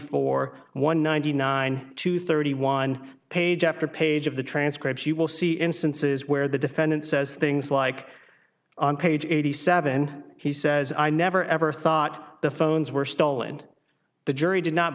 four one ninety nine two thirty one page after page of the transcript you will see instances where the defendant says things like on page eighty seven he says i never ever thought the phones were stolen and the jury did not